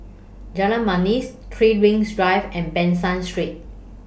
Jalan Manis three Rings Drive and Ban San Street